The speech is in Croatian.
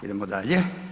Idemo dalje.